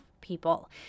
people